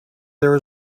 there